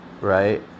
right